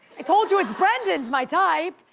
i told you, it's brandon's my type!